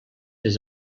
des